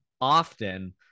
often